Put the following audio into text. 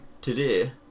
Today